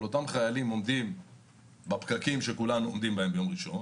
אבל אותם חיילים עומדים בפקקים שכולנו עומדים בהם ביום ראשון